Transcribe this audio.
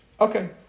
Okay